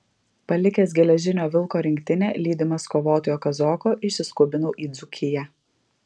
palikęs geležinio vilko rinktinę lydimas kovotojo kazoko išsiskubinau į dzūkiją